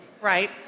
right